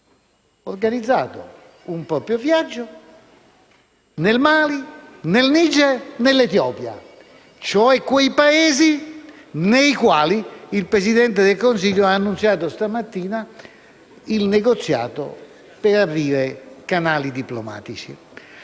organizzato un proprio viaggio nel Mali, nel Niger e nell'Etiopia, e cioè in quei Paesi nei quali il Presidente del Consiglio ha annunciato questa mattina il negoziato per aprire canali diplomatici.